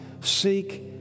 seek